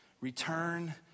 Return